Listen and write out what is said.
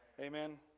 Amen